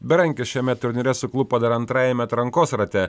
berankis šiame turnyre suklupo dar antrajame atrankos rate